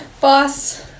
boss